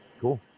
Cool